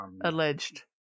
Alleged